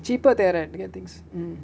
cheaper there and get things